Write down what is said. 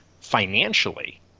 financially